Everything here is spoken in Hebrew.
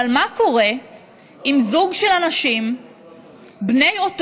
אבל מה קורה עם זוג של אנשים בני אותו